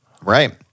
right